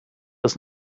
ist